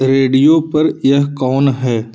radio पर यह कौन है